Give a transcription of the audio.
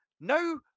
No